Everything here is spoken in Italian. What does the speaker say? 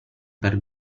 per